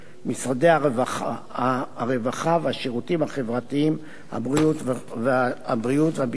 הרווחה והשירותים החברתיים, הבריאות והביטחון.